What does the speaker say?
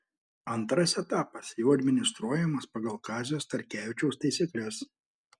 antras etapas jau administruojamas pagal kazio starkevičiaus taisykles